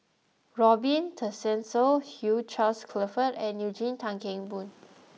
Robin Tessensohn Hugh Charles Clifford and Eugene Tan Kheng Boon